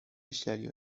myśleli